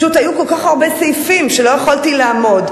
פשוט היו כל כך הרבה סעיפים שלא יכולתי לעמוד.